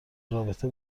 رابطه